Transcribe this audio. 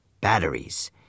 Batteries